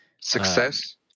Success